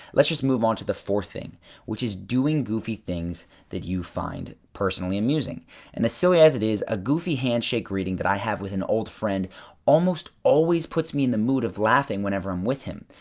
let's just move on to the fourth thing which is doing goofy things that you find personally amusing and as silly as it is, a goofy handshake reading that i have with an old friend almost always puts me in the mood of laughing whenever i'm with him.